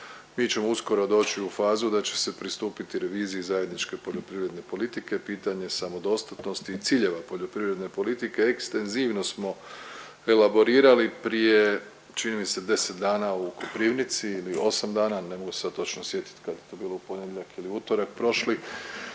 Mi ćemo uskoro doći u fazu da će se pristupiti reviziji zajedničke poljoprivredne politike. Pitanje samodostatnosti i ciljeva poljoprivredne politike ekstenzivno smo elaborirali prije čini mi se 10 dana u Koprivnici ili 8 dana ne mogu se sad točno sjetiti kad je to bilo u ponedjeljak ili utorak prošli